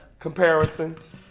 Comparisons